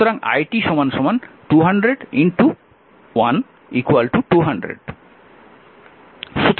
সুতরাং i 200 1 200